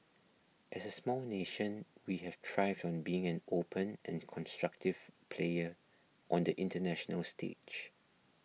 as a small nation we have thrived on being an open and constructive player on the international stage